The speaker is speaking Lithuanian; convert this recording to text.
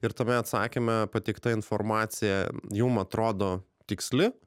ir tame atsakyme pateikta informacija jum atrodo tiksli